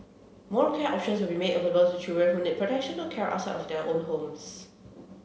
more care options will be made available to children who need protection or care outside of their own homes